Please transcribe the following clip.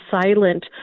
silent